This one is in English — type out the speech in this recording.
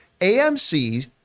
AMC